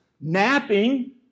napping